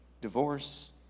divorce